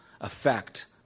affect